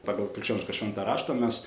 pagal krikščionišką šventą raštą mes